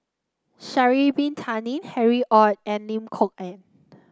Sha'ari Bin Tadin Harry Ord and Lim Kok Ann